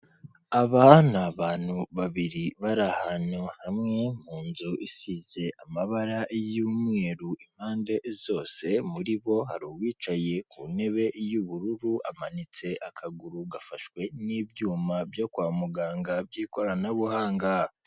Aba ni abantu babiri bari ahantu hamwe, mu nzu isize amabara y'umweru impande zose, muri bo hari uwicaye ku ntebe y'ubururu, amanitse akaguru gafashwe n'ibyuma byo kwa muganga by'ikoranabuhanga.